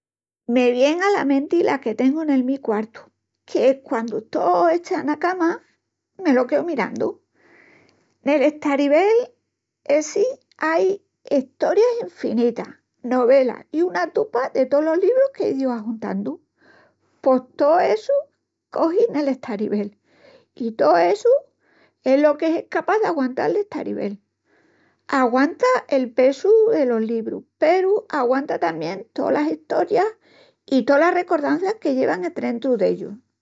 Me vien ala menti la que tengu nel mi quartu, que quandu estó echá ena cama me lo queu mirandu. Nel estaribel essi ain estorias infinitas, novelas i una tupa de tolos librus qu'ei díu ajuntandu. Pos tó essu cogi nel estaribel i tó essu es lo qu'es escapás d'aguantal l'estaribel. Aguanta el pesu delos librus peru aguanta tamién tolas estorias i las recordanças que llevan endrentu d'ellus.